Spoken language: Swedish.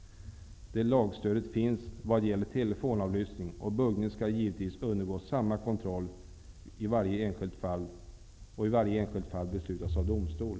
Det lagstödet finns vad gäller telefonavlyssning. Buggning skall givetvis undergå samma kontroll, och i varje enskild begäran om buggning skall beslut fattas av domstol.